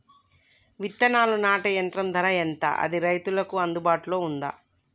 విత్తనాలు నాటే యంత్రం ధర ఎంత అది రైతులకు అందుబాటులో ఉందా?